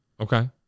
Okay